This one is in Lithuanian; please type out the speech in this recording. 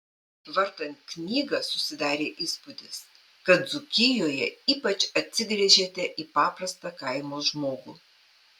vartant knygą susidarė įspūdis kad dzūkijoje ypač atsigręžėte į paprastą kaimo žmogų